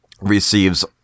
receives